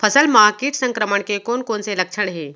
फसल म किट संक्रमण के कोन कोन से लक्षण हे?